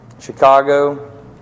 Chicago